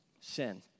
sin